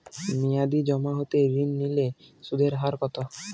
মেয়াদী জমা হতে ঋণ নিলে সুদের হার কত?